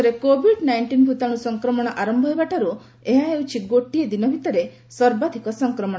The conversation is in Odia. ଦେଶରେ କୋଭିଡ୍ ନାଇଂଟିନ୍ ଭୂତାଣୁ ସଂକ୍ରମଣ ଆରମ୍ଭ ହେବାଠାରୁ ଏ ମଧ୍ୟରେ ଏହା ହେଉଛି ଗୋଟିଏ ଦିନ ଭିତରେ ସର୍ବାଧିକ ସଂକ୍ରମଣ